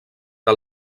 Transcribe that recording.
que